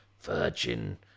Virgin